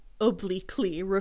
obliquely